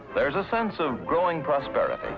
there's a sense of growing prosperity,